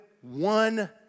one